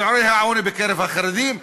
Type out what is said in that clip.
את שיעורי העוני בקרב החרדים?